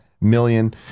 million